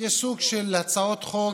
יש סוג של הצעות חוק